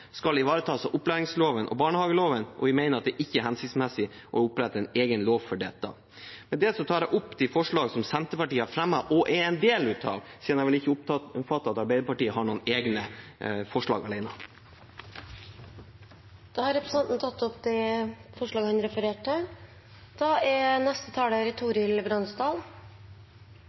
skal ivaretas i opplæringsloven og barnehageloven, og vi mener det ikke er hensiktsmessig å opprette en egen lov for dette. Med det tar jeg opp de forslag som Senterpartiet har fremmet. Da har representanten Willfred Nordlund tatt opp de forslagene han refererte til. Det er